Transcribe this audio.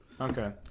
okay